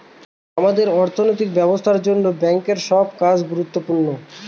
আমাদের অর্থনৈতিক ব্যবস্থার জন্য ব্যাঙ্কের সব কাজ গুরুত্বপূর্ণ